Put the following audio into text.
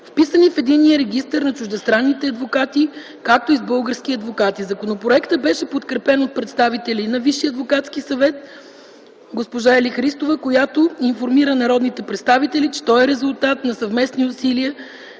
вписани в Единния регистър на чуждестранните адвокати, както и с български адвокати. Законопроектът беше подкрепен от представителя на Висшия адвокатски съвет – госпожа Ели Христова, която информира народните представители, че той е резултат на съвместните усилия